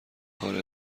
آره